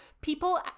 people